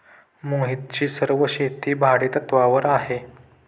मोहितची सर्व शेती भाडेतत्वावर आहे